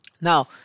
now